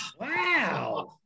Wow